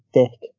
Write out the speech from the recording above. dick